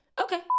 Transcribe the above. Okay